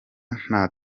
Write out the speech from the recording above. nta